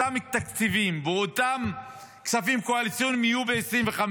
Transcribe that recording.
אותם תקציבים ואותם כספים קואליציוניים יהיו ב-2025,